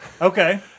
Okay